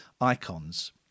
icons